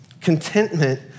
Contentment